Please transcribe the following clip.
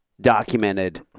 documented